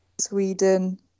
Sweden